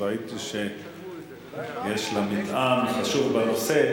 שראיתי שיש לה מטען חשוב בנושא,